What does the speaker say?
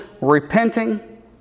repenting